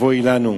אבוי לנו.